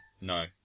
No